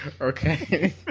Okay